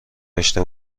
داشته